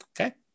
Okay